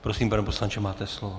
Prosím, pane poslanče, máte slovo.